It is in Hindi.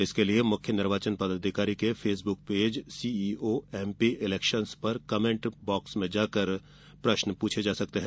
इसके लिए मुख्य निर्वाचन पदाधिकारी के फेसबुक पेज ब्व्ड्म्समबजपवदे पर कमेंट बॉक्स में जाकर प्रश्न पूछ सकते हैं